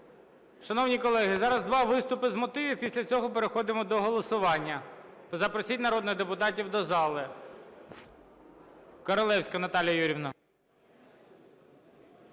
Шановні колеги, зараз два виступи з мотивів. Після цього переходимо до голосування. Запросіть народних депутатів до зали.